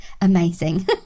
amazing